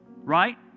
right